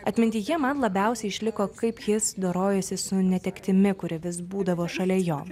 atmintyje man labiausiai išliko kaip jis dorojosi su netektimi kuri vis būdavo šalia jo